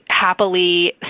happily